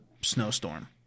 snowstorm